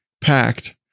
packed